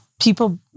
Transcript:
People